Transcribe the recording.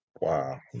wow